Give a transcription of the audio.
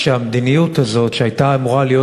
המדיניות הזאת, שהייתה אמורה להיות